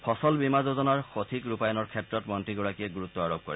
ফচল বীমা যোজনাৰ সঠিক ৰূপায়নৰ ক্ষেত্ৰত মন্ত্ৰীগৰাকীয়ে অধিক গুৰুত্ আৰোপ কৰে